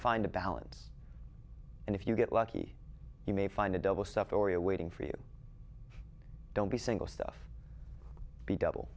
find a balance and if you get lucky you may find a double stuff or you waiting for you don't be single stuff be double